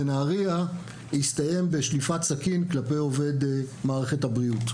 בנהריה הסתיים בשליפת סכין כלפי עובד מערכת הבריאות,